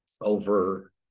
over